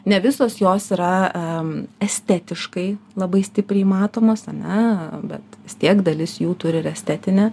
ne visos jos yra estetiškai labai stipriai matomos ar ne bet vis tiek dalis jų turi estetinę